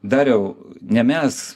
dariau ne mes